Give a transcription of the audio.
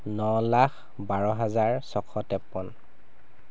ন লাখ বাৰ হাজাৰ ছশ তেপ্পন্ন